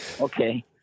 Okay